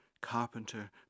carpenter